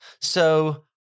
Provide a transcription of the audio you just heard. So-